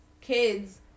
kids